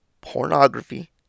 pornography